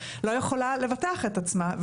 לא יכולה לבטח את עצמה.